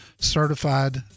certified